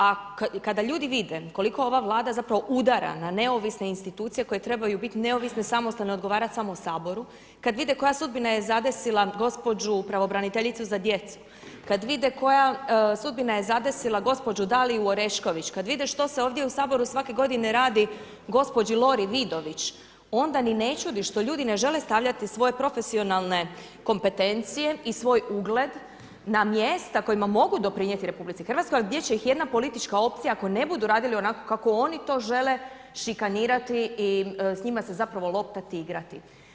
A kada ljudi vide, koliko ova vlada, zapravo udara na neovisne institucije, koji trebaju biti neovisne, samostalno odgovarati samo u saboru, kada vide koja sudbina je zadesila gđu. pravobraniteljicu za djecu, kada vide koja sudbina je zadesila gđu. Daliju Orešković, kada vide što se ovdje u Saboru svake godine radi gđi Lori Vidović, onda ni ne čudi što ljudi ne žele stavljati svoje profesionalne kompetencije i svoj ugled, na mjesta koji mogu doprinijeti RH, ali gdje će ih jedna politička opcija, ako ne budu radili onako kako oni to žele, šikanirati i s njima se zapravo loptati i igrati.